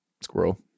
Squirrel